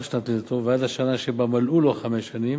שנת לידתו ועד השנה שבה מלאו לו חמש שנים,